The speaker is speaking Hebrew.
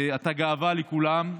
ואתה גאווה לכולם.